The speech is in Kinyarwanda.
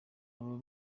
abo